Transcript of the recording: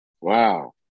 wow